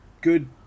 good